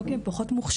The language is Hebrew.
לא כי הן פחות מוכשרות.